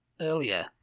earlier